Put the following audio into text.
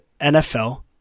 NFL